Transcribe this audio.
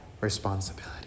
responsibility